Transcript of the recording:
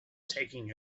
taking